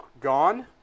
gone